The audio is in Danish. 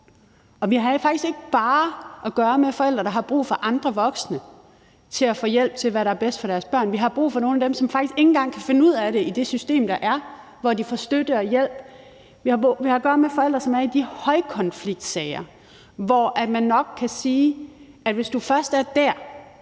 faktisk ikke bare at gøre med forældre, der har brug for andre voksne til at få hjælp til, hvad der er bedst for deres børn, men vi har brug for hjælp til nogle af dem, som faktisk ikke engang kan finde ud af det i det system, der er, og hvor de får støtte og hjælp. Vi har at gøre med forældre, som er i de højkonfliktsager, hvor man nok kan sige, at hvis du først er der,